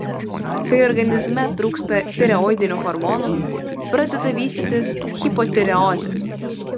kai organizme trūksta tireoidinių hormonų pradeda vystytis hipotireozė